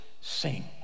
sing